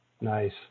Nice